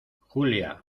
julia